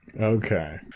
Okay